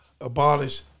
abolish